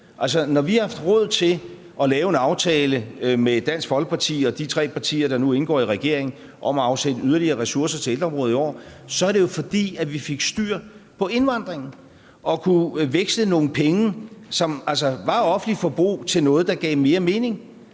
Når vi har haft råd til at lave en aftale med Dansk Folkeparti og de tre partier, der nu indgår i regeringen, om at afsætte yderligere ressourcer til ældreområdet i år, er det jo, fordi vi fik styr på indvandringen og kunne veksle nogle penge, som var offentligt forbrug, til noget, der giver mere mening.